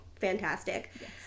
fantastic